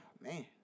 man